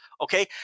Okay